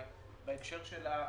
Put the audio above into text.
בהקשר של הקורונה,